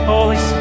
Holy